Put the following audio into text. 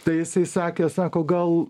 tai jisai sakė sako gal